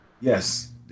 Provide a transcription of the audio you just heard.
Yes